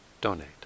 donate